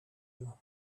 you